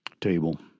table